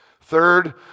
Third